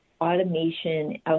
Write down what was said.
automation